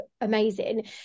amazing